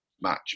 match